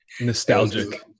nostalgic